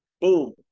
boom